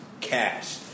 Cash